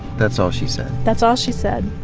that's all she said? that's all she said.